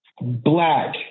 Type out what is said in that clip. black